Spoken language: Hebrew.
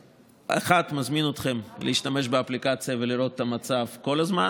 1. מזמין אתכם להשתמש באפליקציה ולראות את המצב כל הזמן,